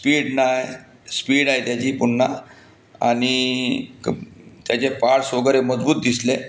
speed नाही speed आहे त्याची पुन्हा आणि त्याचे पार्ट्स वगैरे मजबूत दिसले